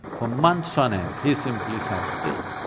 for months on end he simply sat still.